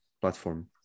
platform